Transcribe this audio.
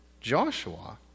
Joshua